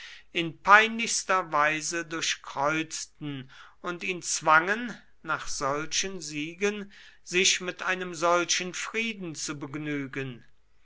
in peinlichster weise durchkreuzten und ihn zwangen nach solchen siegen sich mit einem solchen frieden zu begnügen